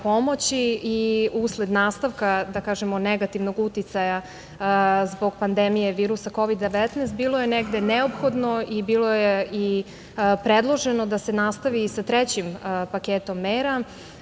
i usled nastavka, da kažemo, negativnog uticaja zbog pandemije virusa Kovid 19, bilo je negde neophodno i bilo je i predloženo da se nastavi i sa trećim paketom mera.